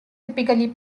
typically